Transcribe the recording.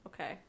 okay